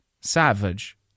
Savage